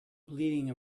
bleeding